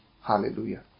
Hallelujah